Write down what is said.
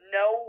no